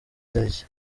tariki